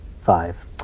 five